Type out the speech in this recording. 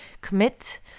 commit